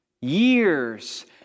Years